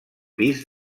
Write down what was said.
pis